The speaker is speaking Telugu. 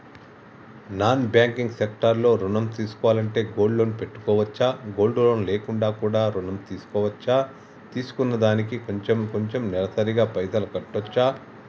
నాన్ బ్యాంకింగ్ సెక్టార్ లో ఋణం తీసుకోవాలంటే గోల్డ్ లోన్ పెట్టుకోవచ్చా? గోల్డ్ లోన్ లేకుండా కూడా ఋణం తీసుకోవచ్చా? తీసుకున్న దానికి కొంచెం కొంచెం నెలసరి గా పైసలు కట్టొచ్చా?